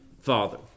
father